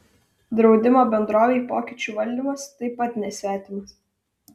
draudimo bendrovei pokyčių valdymas taip pat nesvetimas